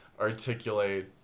articulate